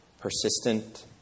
persistent